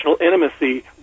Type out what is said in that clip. intimacy